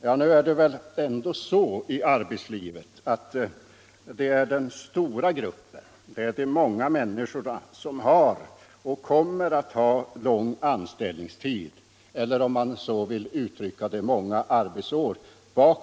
Men ute i arbetslivet är det ju den stora gruppen, de många människorna, som har och kommer att ha lång anställningstid bakom sig, när de går i pension.